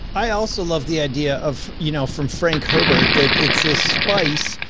i also love the idea of, you know, from frank herbert that it's this spice,